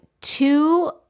two